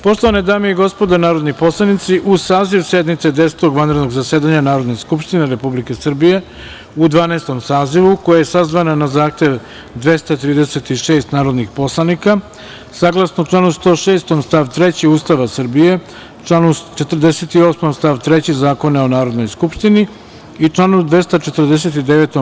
Poštovane dame i gospodo narodni poslanici, uz saziv sednice Desetog vanrednog zasedanja Narodne skupštine Republike Srbije u Dvanaestom sazivu, koja je sazvana na zahtev 236 narodnih poslanika, saglasno članu 106. stav 3. Ustava Republike Srbije, članom 48. stav 3. Zakona o Narodnoj skupštini i članu 249.